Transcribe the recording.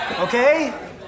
Okay